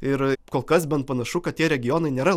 ir kol kas bent panašu kad tie regionai nėra